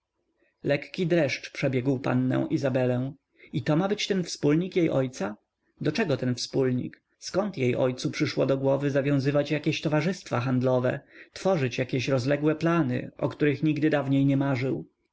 lekki dreszcz przebiegł pannę izabelę i to ma być wspólnik jej ojca do czego ten wspólnik zkąd jej ojcu przyszło do głowy zawiązywać jakieś towarzystwa handlowe tworzyć jakieś rozległe plany o których nigdy dawniej nie marzył